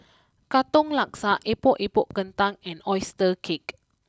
Katong Laksa Epok Epok Kentang and Oyster Cake